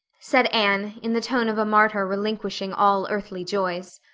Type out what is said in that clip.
said anne, in the tone of a martyr relinquishing all earthly joys.